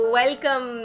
welcome